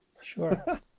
Sure